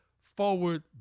forward